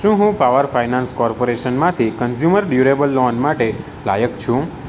શું હું power finance કોર્પોરેશનમાંથી કન્ઝ્યુમર ડ્યુરેબલ લોન માટે લાયક છું